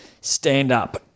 stand-up